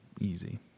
Easy